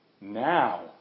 now